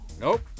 nope